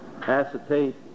acetate